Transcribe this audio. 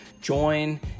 join